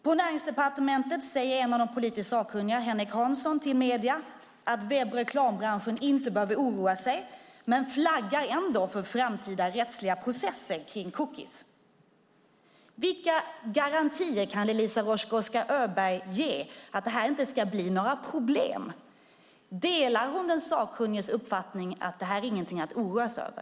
På Näringsdepartementet säger en av de politiskt sakkunniga, Henrik Hansson, till medierna att webbreklambranschen inte behöver oroa sig men flaggar ändå för framtida rättsliga processer kring cookies. Vilka garantier kan Eliza Roszkowska Öberg ge för att det inte ska bli några problem? Delar hon den sakkunniges uppfattning att det inte är någonting att oroas över?